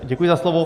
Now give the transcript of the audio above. Děkuji za slovo.